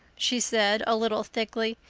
she said, a little thickly.